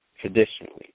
traditionally